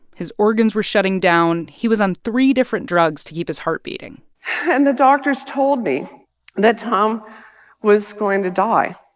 his organs were shutting down. he was on three different drugs to keep his heart beating and the doctors told me that tom was going to die